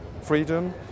freedom